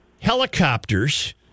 helicopters